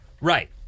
Right